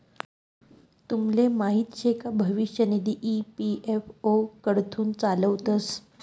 तुमले माहीत शे का भविष्य निधी ई.पी.एफ.ओ कडथून चालावतंस